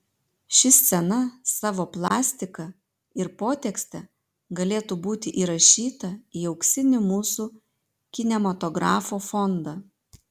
ši scena savo plastika ir potekste galėtų būti įrašyta į auksinį mūsų kinematografo fondą